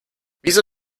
wieso